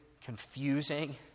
confusing